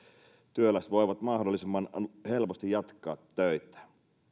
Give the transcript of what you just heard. työläiset voivat mahdollisimman helposti jatkaa töitä